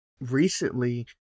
recently